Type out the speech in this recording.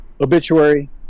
obituary